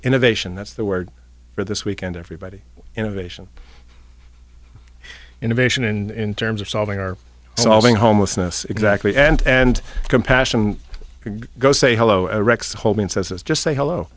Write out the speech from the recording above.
innovation that's the word for this weekend everybody innovation innovation in terms of solving our solving homelessness exactly and and compassion go say hello a rexx home and says it's just say hello